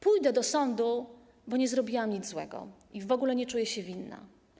Pójdę do sądu, bo nie zrobiłam nic złego i w ogóle nie czuję się winna.